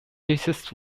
jesus